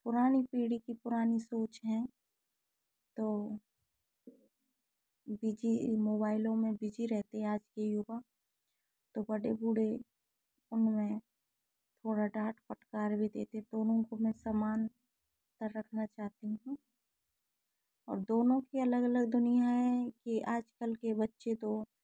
पुरानी पीढ़ी की पुरानी सोच है तो बिजी मोबाइलों में बिजी रहते हैं आज के युवा तो बड़े बूढ़े उनमें थोड़ा डांट फटकार भी देते तो उनको मैं सम्मान पर रखना चाहती हूँ और दोनों की अलग अलग दुनिया है की आजकल के बच्चे तो